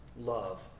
love